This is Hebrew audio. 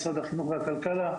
משרד החינוך ומשרד הכלכלה,